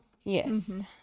Yes